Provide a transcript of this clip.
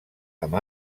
amb